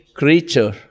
Creature